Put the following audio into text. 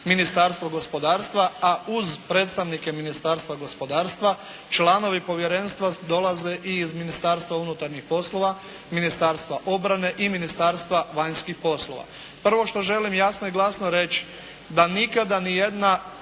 Ministarstvo gospodarstva, a uz predstavnike Ministarstva gospodarstva članovi povjerenstva dolaze i iz Ministarstva unutarnjih poslova, Ministarstva obrane i Ministarstva vanjskih poslova. Prvo što želim jasno i glasno reći, da nikada ni jedan